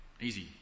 easy